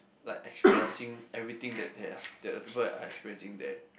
like experiencing everything that they have that the people are experiencing there